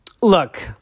Look